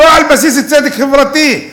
לא על בסיס הצדק החברתי,